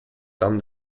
dame